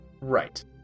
Right